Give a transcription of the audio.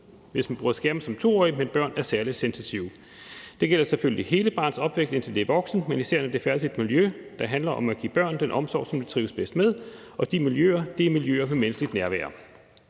hvis man bruger skærme som 2-årig, men børn er særlig sensitive. Det gælder selvfølgelig hele barnets opvækst, indtil det er voksent, men især, når det færdes i et miljø, der handler om at give børn den omsorg, som de trives bedst med, og de miljøer er miljøer med menneskeligt nærvær.